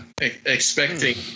expecting